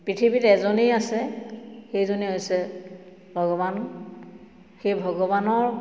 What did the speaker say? পৃথিৱীত এজনেই আছে সেইজনেই হৈছে ভগৱান সেই ভগৱানৰ